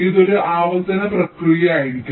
ഇതൊരു ആവർത്തന പ്രക്രിയ ആയിരിക്കും